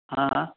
ہاں